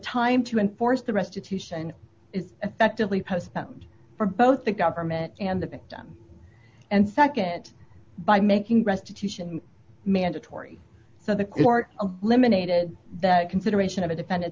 time to enforce the restitution is effectively postponed for both the government and the victim and nd by making restitution mandatory so the court limon ated that consideration of a defendant